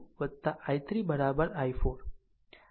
આમ 4 i2 i3 i4